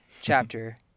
chapter